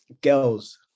Girls